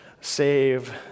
save